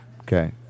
Okay